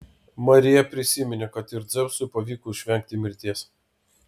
marija prisiminė kad ir dzeusui pavyko išvengti mirties